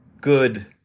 good